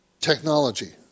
technology